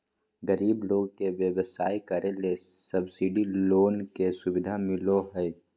गरीब लोग के व्यवसाय करे ले सब्सिडी लोन के सुविधा मिलो हय